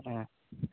অঁ